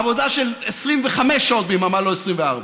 עבודה של 25 שעות ביממה, לא 24,